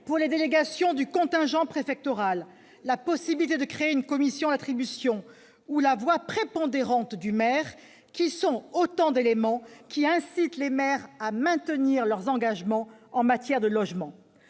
les délégations du contingent préfectoral, la possibilité de créer une commission d'attribution ou la voix prépondérante du maire sont autant d'éléments qui incitent les maires à maintenir leurs engagements en matière de logement.